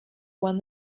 one